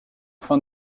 fin